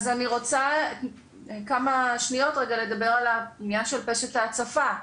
אז אני רוצה כמה שניות רגע לדבר על העניין של פשט ההצפה.